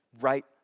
right